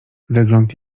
wygląd